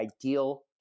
ideal